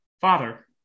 Father